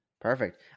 Perfect